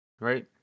Right